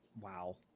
Wow